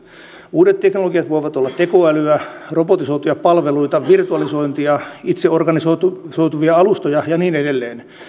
uudet teknologiat voivat olla tekoälyä robotisoituja palveluita virtualisointia itseorganisoituvia alustoja ja niin edelleen